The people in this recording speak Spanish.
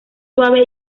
suave